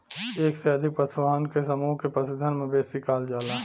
एक से अधिक पशुअन के समूह के पशुधन, मवेशी कहल जाला